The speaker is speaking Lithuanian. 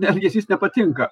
elgesys nepatinka